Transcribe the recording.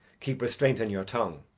keep restraint on your tongue!